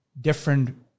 different